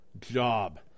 job